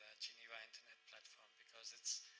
geneva internet platform, because it's,